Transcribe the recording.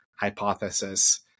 hypothesis